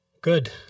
good